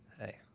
Hey